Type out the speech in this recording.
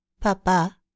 Papa